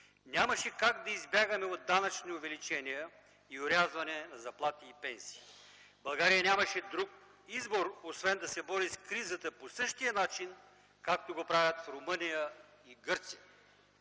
нямаше как да избягаме от данъчни увеличения и орязване на заплати и пенсии. България нямаше друг избор освен да се бори с кризата по същия начин, както го правят Румъния и Гърция.